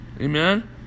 Amen